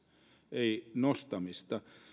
ei nostamista